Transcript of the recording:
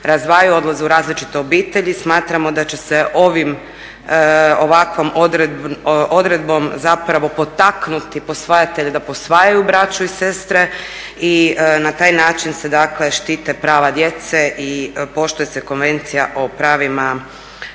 razdvaju, odlaze u različite obitelji. Smatramo da će se ovakvom odredbom zapravo potaknuti posvajatelje da posvajaju braću i sestre i na taj način se dakle štite prava djece i poštuje se Konvencija o pravima